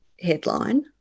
headline